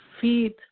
feed